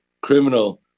criminal